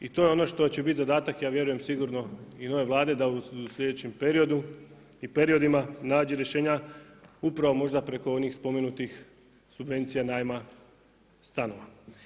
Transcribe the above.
I to je ono što će biti zadatak, ja vjerujem sigurno i nove Vlade da u sljedećem periodu i periodima nađe rješenja upravo možda preko onih spomenutih subvencija najma stanova.